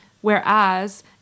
whereas